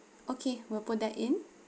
okay we'll put that in